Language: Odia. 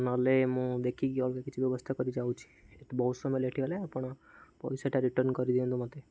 ନହେଲେ ମୁଁ ଦେଖିକି ଅଲଗା କିଛି ବ୍ୟବସ୍ଥା କରିଯାଉଛି ଏତେ ବହୁତ ସମୟ ଲେଟ୍ ହେଲେ ଆପଣ ପଇସାଟା ରିଟର୍ଣ୍ଣ କରିଦିଅନ୍ତୁ ମୋତେ